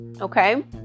Okay